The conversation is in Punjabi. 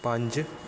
ਪੰਜ